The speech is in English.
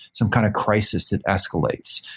some kind of crisis that escalates.